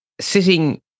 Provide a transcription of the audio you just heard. sitting